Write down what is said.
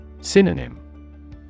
Synonym